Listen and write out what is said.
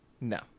no